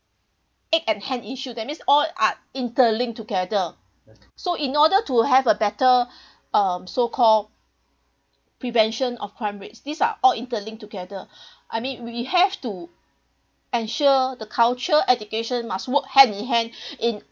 egg and hen issue that means all are interlinked together so in order to have a better um so called prevention of crime rates these are all interlinked together I mean we have to ensure the culture education must work hand in hand in